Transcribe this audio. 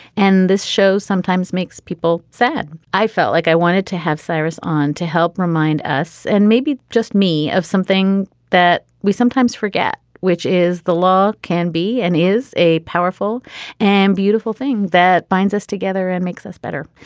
and this show sometimes makes people sad. i felt like i wanted to have cyrus on to help remind us and maybe just me of something that we sometimes forget which is the law can be and is a powerful and beautiful thing that binds us together and makes us better.